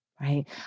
Right